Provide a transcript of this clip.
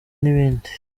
n’ibindi